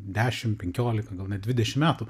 dešimt penkiolika gal net dvidešimt metų